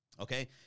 okay